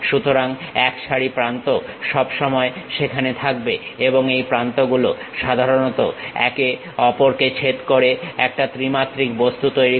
সুতরাং একসারি প্রান্ত সব সময় সেখানে থাকবে এবং এই প্রান্ত গুলো সাধারণত একে অপরকে ছেদ করে একটা ত্রিমাত্রিক বস্তু তৈরি করে